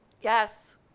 Yes